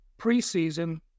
preseason